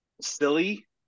Silly